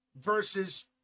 versus